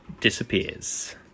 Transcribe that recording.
disappears